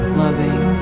loving